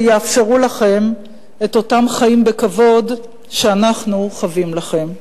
שיאפשרו לכם את אותם חיים בכבוד שאנחנו חבים לכם.